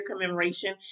commemoration